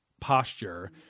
Posture